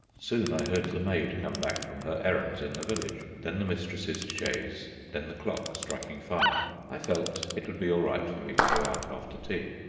soon i heard the maid come back from her errands in the village, then the mistress's chaise, then the clock striking five. i felt it would be all right for me to go out after tea.